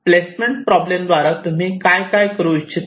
placement problem द्वारा तुम्ही काय काय करू इच्छिता